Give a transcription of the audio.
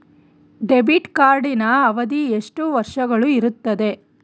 Debit ಕಾರ್ಡಿನ ಅವಧಿ ಎಷ್ಟು ವರ್ಷಗಳು ಇರುತ್ತದೆ?